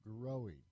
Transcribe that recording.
growing